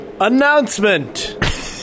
Announcement